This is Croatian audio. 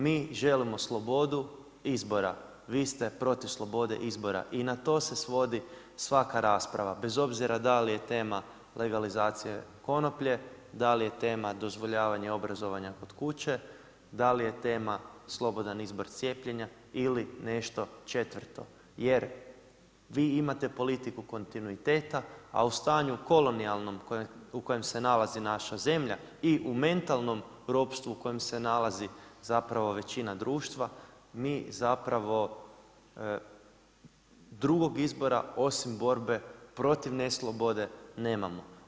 Mi želimo slobodu izora, vi ste protiv slobode izbora i na to se svodi svaka rasprava bez obzira da li je tema legalizacija konoplje, da li je tema dozvoljavanja obrazovanja kod kuće, da li je tema slobodan izbor cijepljenja ili nešto četvrto, jer vi imate politiku kontinuiteta, a u stanju kolonijalnom u kojem se nalazi naša zemlja i u mentalnom ropstvu u kojem se nalazi zapravo većina društva mi zapravo drugog izbora osim borbe protiv ne slobode nemamo.